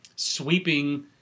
sweeping